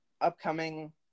upcoming